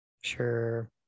sure